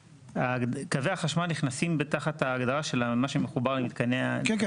קווי החשמל נכנסים תחת ההגדרה של מה שמחובר למתקני --- כן,